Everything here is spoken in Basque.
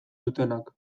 dutenak